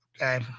Okay